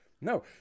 No